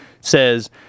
says